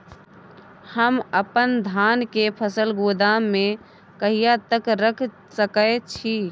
हम अपन धान के फसल गोदाम में कहिया तक रख सकैय छी?